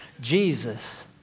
Jesus